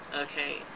Okay